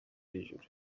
hejuru